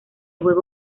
juego